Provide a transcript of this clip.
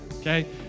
Okay